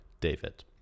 david